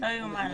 -- לא יאומן,